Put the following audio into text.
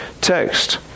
text